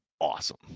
awesome